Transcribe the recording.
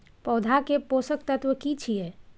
पौधा के पोषक तत्व की छिये?